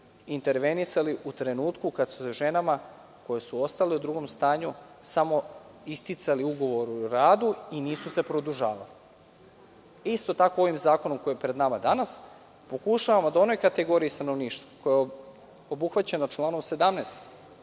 intervenisali u trenutku kad su ženama koje su ostale u drugom stanju samo isticali ugovori o radu i nisu se produžavali. Isto tako ovim zakonom koji je pred nama danas pokušavamo da onoj kategoriji stanovništva, koja je obuhvaćena članom 17.